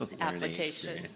application